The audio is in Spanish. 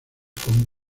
con